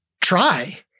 try